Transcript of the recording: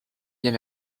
bien